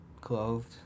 clothed